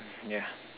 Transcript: yeah